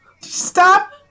Stop